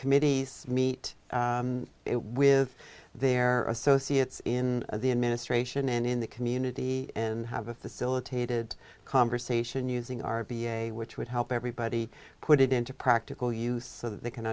committees meet with their associates in the administration and in the community and have a facilitated conversation using r b a which would help everybody put it into practical use so they can